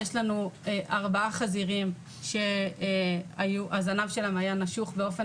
יש לנו ארבעה חזירים שהזנב שלהם היה נשוך באופן